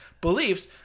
beliefs